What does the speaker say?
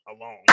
alone